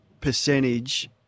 percentage